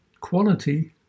quality